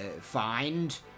find